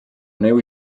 neu